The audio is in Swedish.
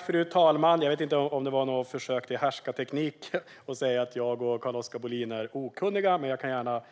Fru talman! Jag vet inte om det var ett försök till härskarteknik att säga att jag och Carl-Oskar Bohlin är okunniga. Jag kan dock